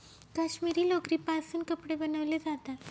काश्मिरी लोकरीपासून कपडे बनवले जातात